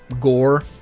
gore